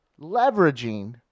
leveraging